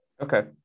Okay